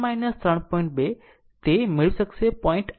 2 તે મેળવી શકશે 0